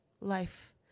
Life